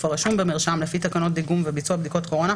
הרשום במרשם לפי תקנות דיגום וביצוע בדיקות קורונה,